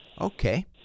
Okay